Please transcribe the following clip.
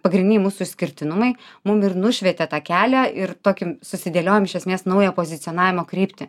pagrindiniai mūsų išskirtinumai mum ir nušvietė tą kelią ir tokį susidėliojom iš esmės naują pozicionavimo kryptį